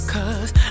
Cause